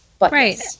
Right